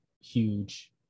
huge